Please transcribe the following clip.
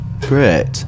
great